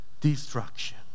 destruction